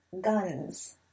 Guns